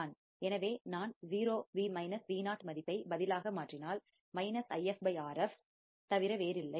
எனவே நான் 0 Vo மதிப்பை பதிலாக மாற்றினால் If Rf தவிர வேறில்லை